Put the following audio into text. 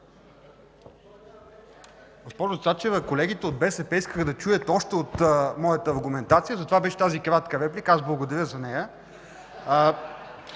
Госпожо Цачева, колегите от БСП искаха да чуят още от моята аргументация, затова беше тази кратка реплика. Аз благодаря за нея.